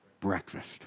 Breakfast